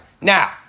Now